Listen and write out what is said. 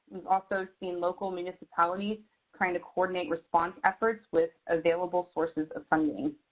also seen local municipalities trying to coordinate response efforts with available sources of funding.